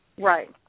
right